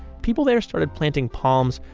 people there started planting palms,